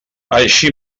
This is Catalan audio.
així